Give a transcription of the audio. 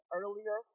earlier